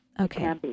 Okay